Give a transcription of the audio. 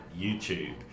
YouTube